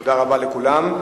תודה רבה לכולם.